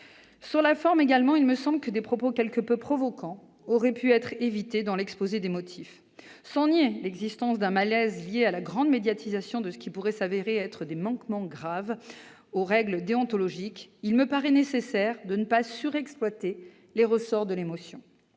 Sur la forme, également, il me semble que des propos quelque peu provocants de l'exposé des motifs auraient pu être évités. Sans nier l'existence d'un malaise, lié à la grande médiatisation de ce qui pourrait s'avérer être des manquements graves aux règles déontologiques, il me paraît nécessaire de ne pas surexploiter les ressorts de l'émotion.